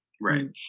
Right